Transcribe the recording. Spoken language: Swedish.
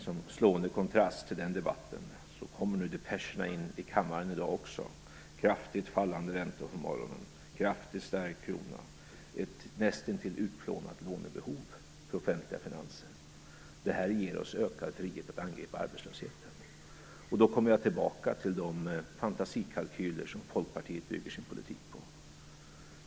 Som slående kontrast till den debatten kommer nu depescherna i dag till kammaren. Nu på morgonen har vi hört om kraftigt fallande räntor, en kraftigt stärkt krona och ett näst intill utplånat lånebehov för offentliga finanser. Det ger oss ökade friheter att angripa arbetslösheten. Då kommer jag tillbaka till de fantasikalkyler som Folkpartiet bygger sin politik på.